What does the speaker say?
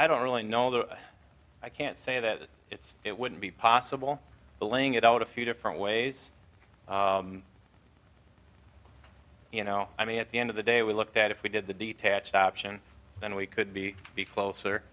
i don't really know though i can't say that it's it wouldn't be possible but laying it out a few different ways you know i mean at the end of the day we looked at if we did the detached option then we could be closer